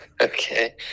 Okay